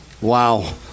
Wow